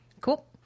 Cool